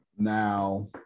Now